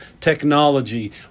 Technology